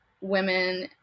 women